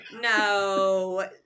No